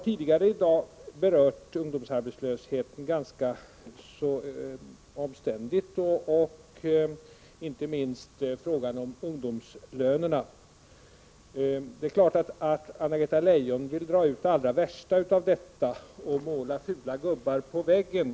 Tidigare i dag har jag berört ungdomsarbetslösheten ganska ingående, och inte minst frågan om ungdomslönerna. Det är klart att Anna-Greta Leijon vill dra ut det allra värsta av detta och måla fula gubbar på väggen.